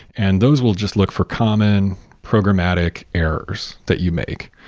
and those will just look for common programmatic errors that you make.